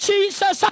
Jesus